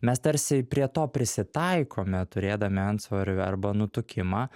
mes tarsi prie to prisitaikome turėdami antsvorį arba nutukimą